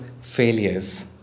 failures